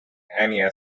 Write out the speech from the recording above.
anya